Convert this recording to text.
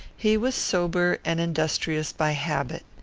he was sober and industrious by habit.